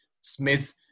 Smith